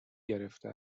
گرفته